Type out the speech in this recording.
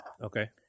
Okay